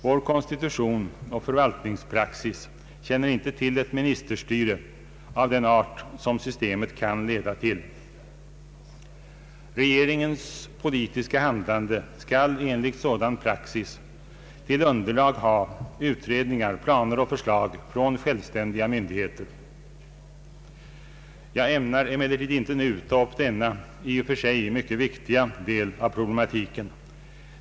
Vår konstitution och = förvaltningspraxis känner inte till ett ministerstyre av den art som systemet kan leda till. Regeringens politiska handlande skall enligt sådan praxis till underlag ha utredningar, planer och förslag från självständiga myndigheter. Jag ämnar emellertid inte nu ta upp denna i och för sig mycket viktiga del av problematiken.